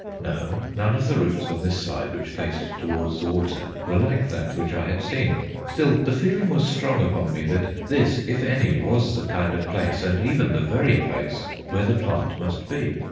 no, none of the roots on this side which faced towards the water were like that which i had seen still, the feeling was strong upon me that this, if any, was the kind of place, and even the very place, where the plant must be.